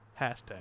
hashtag